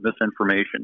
misinformation